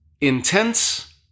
intense